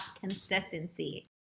consistency